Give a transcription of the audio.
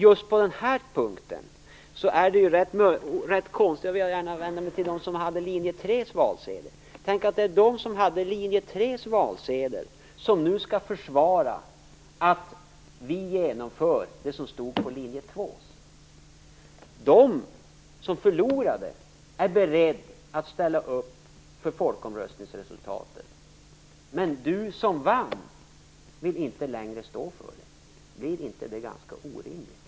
Just på den här punkten är det rätt konstigt - jag vill då vända mig till någon som företrädde valsedeln för linje 3 - att det är de som företrädde valsedeln för linje 3 som nu skall försvara att vi genomför det som stod på valsedeln för linje 2. De som förlorade är beredda att ställa upp på folkomröstningsresultatet. Torsten Gavelin, som vann, vill dock inte längre stå för det. Är det inte ganska orimligt?